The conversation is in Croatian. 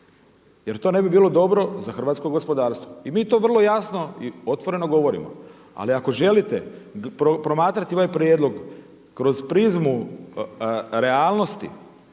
jer to ne bi bilo dobro za hrvatsko gospodarstvo. I mi to vrlo jasno i otvoreno govorimo. Ali ako želite promatrati ovaj prijedlog kroz prizmu realnosti,